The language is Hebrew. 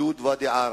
גדוד ואדי-עארה.